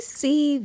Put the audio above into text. see